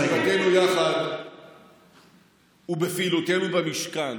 בישיבתנו יחד ובפעילותנו במשכן